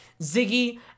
Ziggy